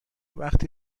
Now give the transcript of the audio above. وقتی